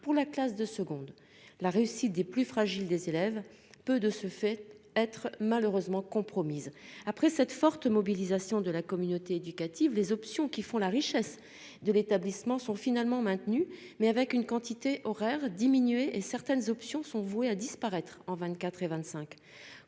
pour la classe de seconde. La Russie des plus fragiles des élèves peut de ce fait être malheureusement compromise après cette forte mobilisation de la communauté éducative, les options qui font la richesse de l'établissement sont finalement maintenu mais avec une quantité horaires diminués et certaines options sont voués à disparaître en 24 et 25.